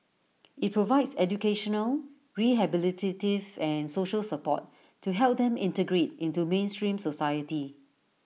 IT provides educational rehabilitative and social support to help them integrate into mainstream society